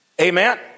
amen